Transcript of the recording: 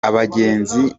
abagenzi